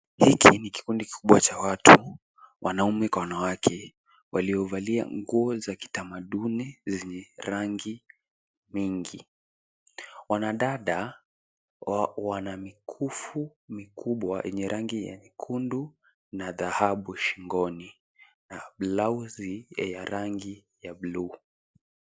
Hiki ni kikundi kikubwa cha watu wanaume kwa wanawake waliovalia nguo za kitamaduni zenye rangi mingi. Wanadada wana mikufu mikubwa yenye rangi nyekundu na dhahabu shingoni na blauzi ya rangi ya bluu.